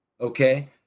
okay